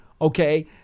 okay